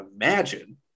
imagine